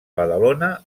badalona